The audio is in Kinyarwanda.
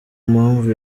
mpamvu